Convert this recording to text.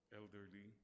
elderly